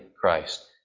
Christ